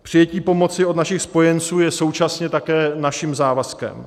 Přijetí pomoci od našich spojenců je současně také naším závazkem.